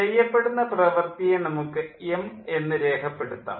ചെയ്യപ്പെടുന്ന പ്രവൃത്തിയെ നമുക്ക് m എന്ന് രേഖപ്പെടുത്താം